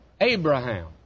Abraham